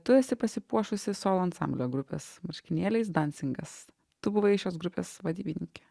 tu esi pasipuošusi solo ansamblio grupės marškinėliais dansingas tu buvai šios grupės vadybininkė